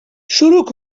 شروع